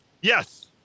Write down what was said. Yes